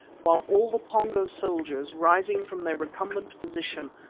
while all the pongo soldiers, rising from their recumbent position,